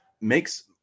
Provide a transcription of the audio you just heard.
makes